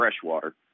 freshwater